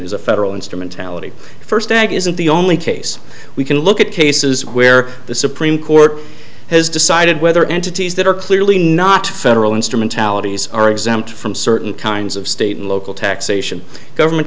is a federal instrumentality first ag isn't the only case we can look at cases where the supreme court has decided whether entities that are clearly not federal instrumentalities are exempt from certain kinds of state and local taxation government